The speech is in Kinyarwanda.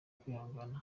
kwihangana